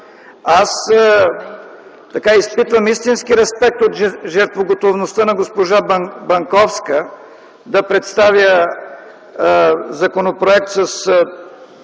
Аз изпитвам истински респект от жертвоготовността на госпожа Банковска да представя законопроект с